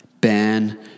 ban